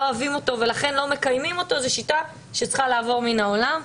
אוהבים אותו ולכן לא מקיימים אותו צריכה לעבור מהעולם.